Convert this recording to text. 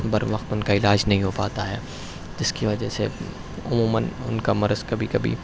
بر وقت ان کا علاج نہیں ہو پاتا ہے جس کی وجہ سے عموماً ان کا مرض کبھی کبھی